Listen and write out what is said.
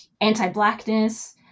anti-Blackness